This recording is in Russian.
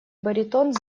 баритон